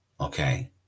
okay